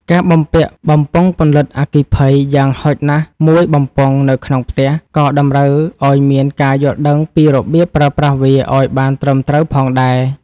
ការបំពាក់បំពង់ពន្លត់អគ្គីភ័យយ៉ាងហោចណាស់មួយបំពង់នៅក្នុងផ្ទះ ក៏តម្រូវឲ្យមានការយល់ដឹងពីរបៀបប្រើប្រាស់វាឱ្យបានត្រឹមត្រូវផងដែរ។